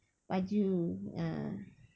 baju ah